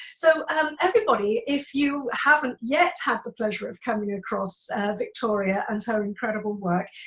so everybody, if you haven't yet had the pleasure of coming across victoria and her incredible work,